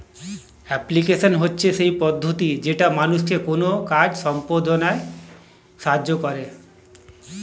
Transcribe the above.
application হচ্ছে সেই পদ্ধতি যেটা মানুষকে কোনো কাজ সম্পদনায় সাহায্য করে